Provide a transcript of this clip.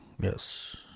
Yes